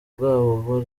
bwabo